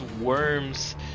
worms